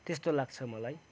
त्यस्तो लाग्छ मलाई